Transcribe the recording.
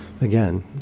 Again